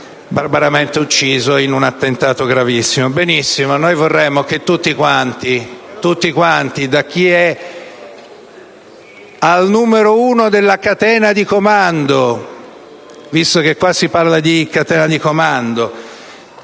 barbaramente ucciso in un attentato gravissimo. Benissimo, noi vorremmo che tutti quanti, da chi è al numero uno della catena di comando (visto che qua si parla di catena di comando)